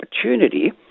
opportunity